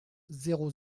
zéro